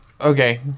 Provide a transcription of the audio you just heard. Okay